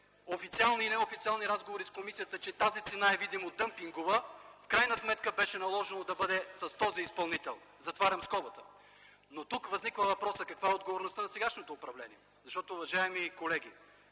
официални и неофициални разговори с комисията, че тази цена е видимо дъмпингова, в крайна сметка беше наложено да бъде с този изпълнител! Затварям скобата. Но тук възниква въпросът: каква е отговорността на сегашното управление? Уважаеми колеги,